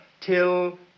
till